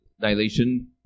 dilation